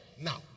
now